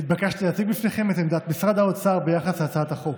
התבקשתי להציג בפניכם את עמדת משרד האוצר ביחס להצעת החוק,